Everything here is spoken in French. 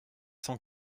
cent